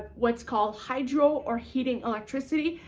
what's called hydro or heating electricity,